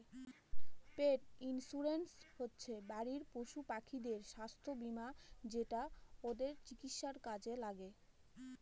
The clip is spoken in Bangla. পেট ইন্সুরেন্স হচ্ছে বাড়ির পশুপাখিদের স্বাস্থ্য বীমা যেটা ওদের চিকিৎসার কাজে লাগে